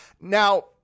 Now